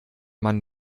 man